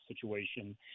situation